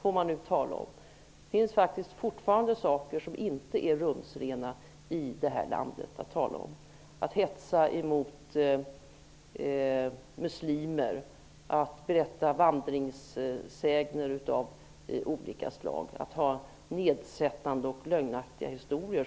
Det finns faktiskt fortfarande saker som inte är rumsrena i detta land: att hetsa emot muslimer, att berätta vandringssägner av olika slag och att berätta nedsättande och lögnaktiga historier.